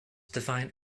define